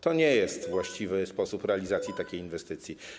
To nie jest właściwy sposób realizacji takiej inwestycji.